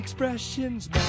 Expressions